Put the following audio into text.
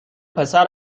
پسر